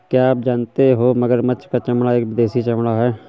क्या आप जानते हो मगरमच्छ का चमड़ा एक विदेशी चमड़ा है